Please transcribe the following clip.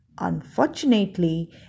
Unfortunately